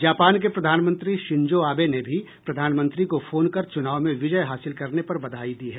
Japan के प्रधानमंत्री Shinzo Abe ने भी प्रधानमंत्री को फोन कर चुनाव में विजय हासिल करने पर बधाई दी है